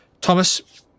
Thomas